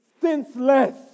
senseless